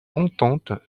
entente